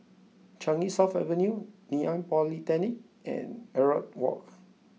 Changi South Avenue Ngee Ann Polytechnic and Elliot Walk